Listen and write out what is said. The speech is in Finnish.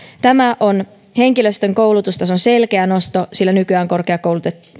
tämä on henkilöstön koulutustason selkeä nosto sillä nykyään korkeakoulutettuja